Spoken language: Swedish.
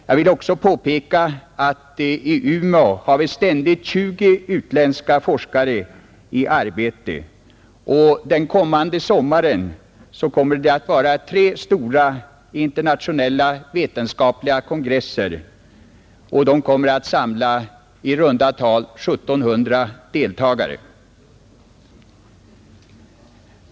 Jag vill dessutom påpeka att vi i Umeå ständigt har 20 utländska forskare i arbete och att det under den kommande sommaren där kommer att hållas tre stora internationella vetenskapliga kongresser som kommer att samla i runt tal 1 700 deltagare.